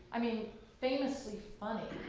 i mean famously funny.